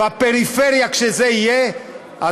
כשזה יהיה בפריפריה,